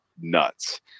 nuts